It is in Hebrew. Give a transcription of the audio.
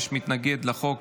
יש מתנגד לחוק,